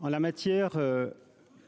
en la matière,